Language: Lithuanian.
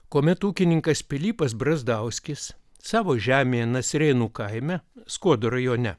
kuomet ūkininkas pilypas brazdauskis savo žemėje nasrėnų kaime skuodo rajone